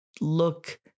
look